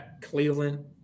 Cleveland